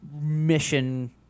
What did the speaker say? mission